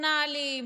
הפרסונליים: